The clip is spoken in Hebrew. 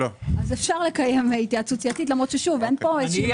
אפשר לקיים התייעצות סיעתית למרות שאין פה איזו משמעות.